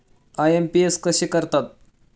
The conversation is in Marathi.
आय.एम.पी.एस कसे करतात?